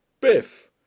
biff